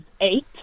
eight